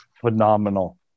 phenomenal